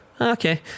okay